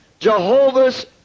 Jehovah's